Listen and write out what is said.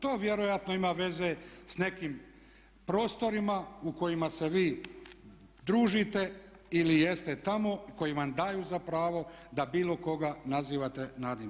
To vjerojatno ima veze s nekim prostorima u kojima se vi družite ili jeste tamo, koji vam daju za pravo da bilo koga nazivate nadimkom.